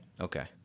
Okay